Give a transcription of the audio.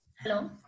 hello